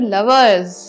Lovers